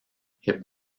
hip